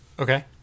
okay